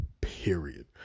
period